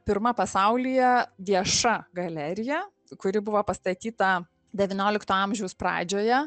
pirma pasaulyje vieša galerija kuri buvo pastatyta devyniolikto amžiaus pradžioje